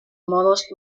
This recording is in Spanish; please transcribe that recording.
modos